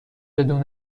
بدون